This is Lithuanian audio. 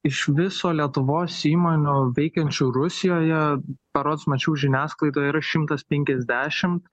iš viso lietuvos įmonių veikiančių rusijoje berods mačiau žiniasklaidoj yra šimtas penkiasdešim